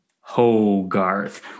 Hogarth